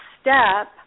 step